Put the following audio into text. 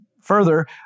Further